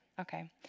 Okay